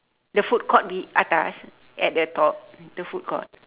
the food court the atas at the top the food court